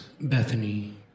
Bethany